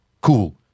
Cool